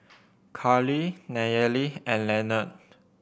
Karley Nayely and Leonard